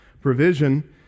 provision